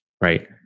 Right